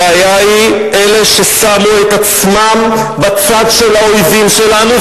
הבעיה היא אלה ששמו את עצמם בצד של האויבים שלנו,